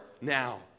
now